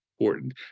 important